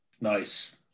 Nice